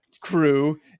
crew